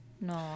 No